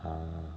ah